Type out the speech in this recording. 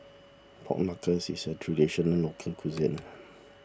Pork Knuckle is a Traditional Local Cuisine